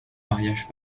mariage